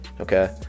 Okay